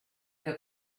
que